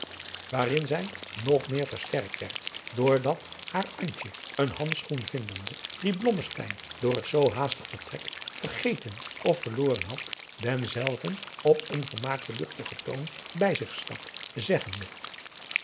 waarin zij nog meer versterkt werd door dat haar antje een handschoen vindende dien blommesteyn door het zoo haastig vertrek vergeten of verloren had denzelven op een gemaakten luchtigen toon bij zich stak zeggende